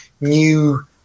new